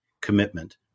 commitment